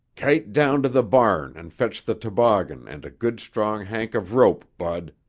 kite down to the barn and fetch the toboggan and a good strong hank of rope, bud,